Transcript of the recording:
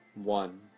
One